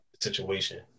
situation